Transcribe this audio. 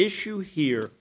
issue here